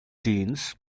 deans